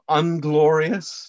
unglorious